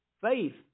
faith